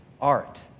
art